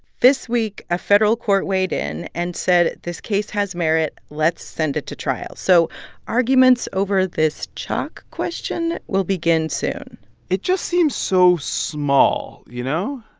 this week, a federal court weighed in and said this case has merit let's send it to trial. so arguments over this chalk question will begin soon it just seems so small, you know?